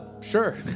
sure